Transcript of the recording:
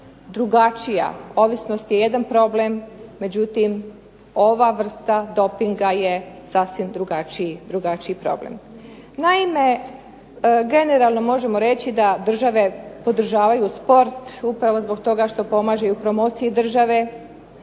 drugačija. Ovisnost je jedan problem, međutim, ova vrsta dopinga je sasvim drugačiji problem. Naime, generalno možemo reći da države podržavaju sport upravo zbog toga što pomaže u promociji države,